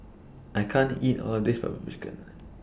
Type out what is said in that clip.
I can't eat All of This Black Pepper Chicken